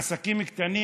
עסקים קטנים